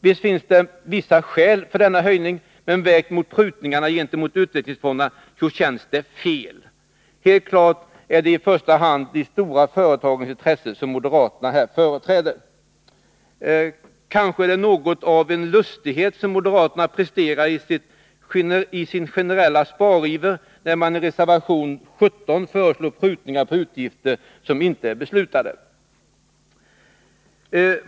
Visst finns det vissa skäl för denna höjning, men vägt mot prutningarna gentemot utvecklingsfonderna så känns det fel. Helt klart är det i första hand de stora företagens intressen som moderaterna här företräder. Kanske är det något av en lustighet som moderaterna presterar i sin generella spariver, när de i reservation 17 föreslår prutningar på utgifter som inte är beslutade.